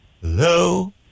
Hello